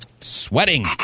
Sweating